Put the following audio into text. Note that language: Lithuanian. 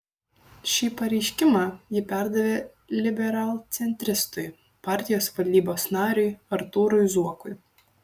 šį pareiškimą ji perdavė liberalcentristui partijos valdybos nariui artūrui zuokui